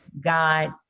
God